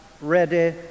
ready